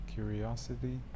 Curiosity